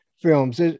films